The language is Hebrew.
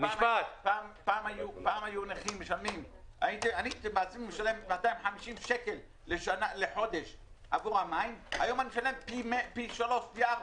פעם הייתי משלם 250 שקל לחודש עבור אני משלם פי ארבעה,